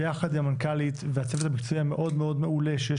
ויחד עם המנכ"לית והצוות המקצועי המאוד מעולה שיש